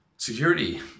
Security